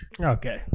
Okay